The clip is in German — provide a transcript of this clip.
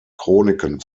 chroniken